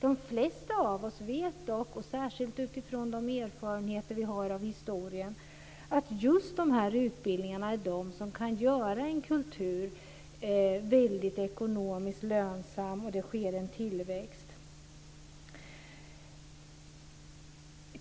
De flesta av oss vet, särskilt utifrån de erfarenheter vi har av historien, att just de här utbildningarna är de som kan göra en kultur väldigt ekonomiskt lönsam och bidra till att det sker en tillväxt.